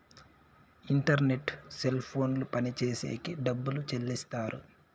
internet cell ఫోన్లు పనిచేసేకి డబ్బులు చెల్లిస్తారు